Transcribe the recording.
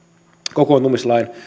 kokoontumislain